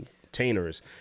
containers